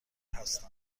هستم